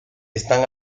están